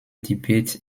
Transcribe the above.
debates